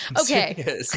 Okay